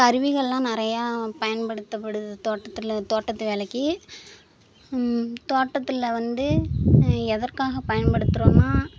கருவிகள்லாம் நிறையா பயன்படுத்தப்படுது தோட்டத்தில் தோட்டத்து வேலைக்கு தோட்டத்தில் வந்து எதற்காக பயன்படுத்துகிறோன்னா